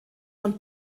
von